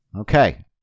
Okay